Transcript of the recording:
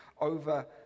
over